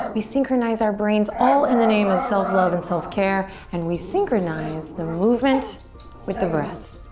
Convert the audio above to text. we synchronize our brains all in the name of self love and self care and we synchronize the movement with the breath.